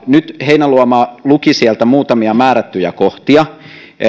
nyt heinäluoma luki sieltä muutamia määrättyjä kohtia